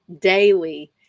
daily